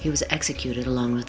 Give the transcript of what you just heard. he was executed alon